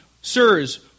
Sirs